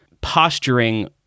posturing